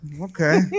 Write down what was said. okay